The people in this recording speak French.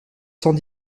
cent